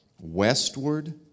westward